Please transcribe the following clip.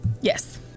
Yes